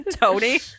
Tony